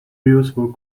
useful